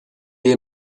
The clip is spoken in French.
est